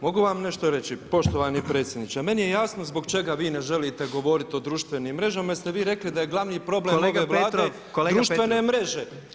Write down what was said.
Mogu vam nešto reći poštovani predsjedniče, meni je jasno zbog čega vi ne želite govoriti o društvenim mrežama jer ste vi rekli da je glavni problem ove Vlade društvene mreže.